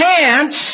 chance